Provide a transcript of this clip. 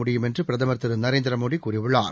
முடியும் என்றுபிரதமர் திருநரேந்திரமோடிகூறியுள்ளார்